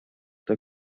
der